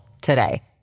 today